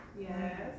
Yes